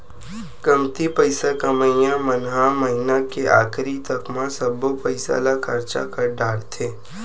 कमती पइसा कमइया मन ह महिना के आखरी तक म सब्बो पइसा ल खरचा कर डारथे